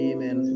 Amen